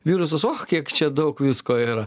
virusas och kiek čia daug visko yra